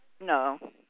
No